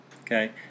okay